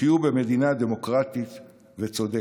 יחיו במדינה דמוקרטית וצודקת,